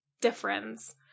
difference